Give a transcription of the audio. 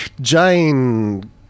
Jane